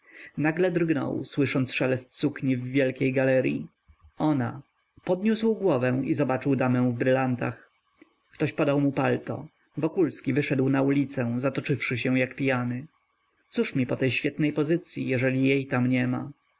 nagle drgnął słysząc szelest sukni w wielkiej galeryi ona podniósł głowę i zobaczył damę w brylantach ktoś podał mu palto wokulski wyszedł na ulicę zatoczywszy się jak pijany cóż mi po świetnej pozycyi jeżeli jej tam niema